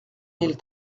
mille